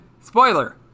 Spoiler